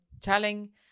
telling